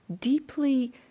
deeply